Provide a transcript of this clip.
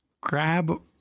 grab